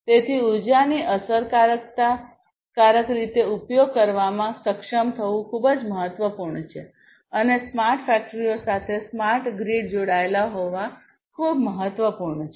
તેથી ઉર્જાની અસરકારક રીતે ઉપયોગ કરવામાં સક્ષમ થવું ખૂબ જ મહત્વપૂર્ણ છે અને સ્માર્ટ ફેક્ટરીઓ સાથે સ્માર્ટ ગ્રીડ જોડાયેલા હોવા ખૂબ મહત્વપૂર્ણ છે